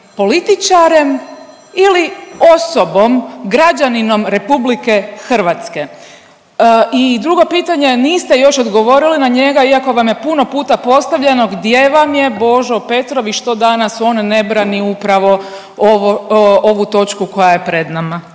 političarem ili osobom, građaninom Republike Hrvatske. I drugo pitanje, niste još odgovorili na njega, iako vam je puno puta postavljeno gdje vam je Božo Petrov i što danas on ne brani upravo ovo, ovu točku koja je pred nama.